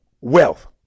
wealth